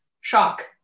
shock